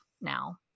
now